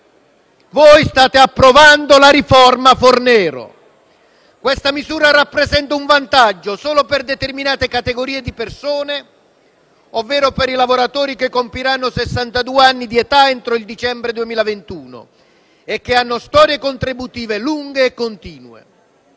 dunque approvando la riforma Fornero. Questa misura rappresenta un vantaggio solo per determinate categorie di persone, ovvero per i lavoratori che compiranno sessantadue anni di età entro il dicembre 2021 e che hanno storie contributive lunghe e continue.